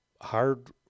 hard